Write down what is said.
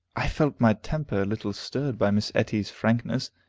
i felt my temper a little stirred by miss etty's frankness.